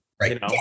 Right